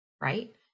right